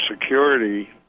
security